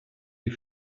des